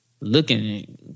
looking